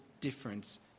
difference